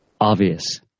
obvious